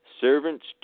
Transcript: servants